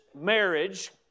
marriage